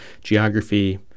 geography